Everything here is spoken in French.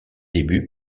débuts